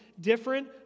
different